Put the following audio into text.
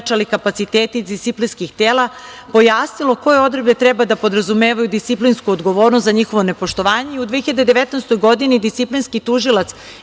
kapaciteti disciplinskih tela, pojasnilo koje odredbe treba da podrazumevaju disciplinsku odgovornost za njihovo nepoštovanje.U 2019. godini, disciplinski tužilac